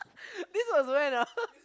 this was when ah